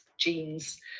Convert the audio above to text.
genes